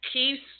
Keith